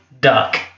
duck